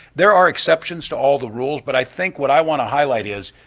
there are exceptions to all the rules but i think what i want to highlight is,